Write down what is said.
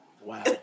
Wow